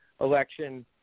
election